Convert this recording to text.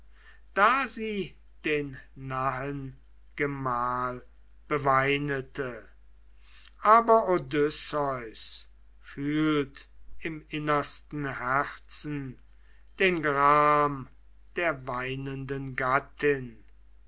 da sie den nahen gemahl beweinete aber odysseus fühlt im innersten herzen den gram der weinenden gattin